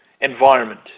environment